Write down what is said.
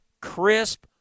crisp